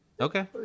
Okay